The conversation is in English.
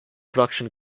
production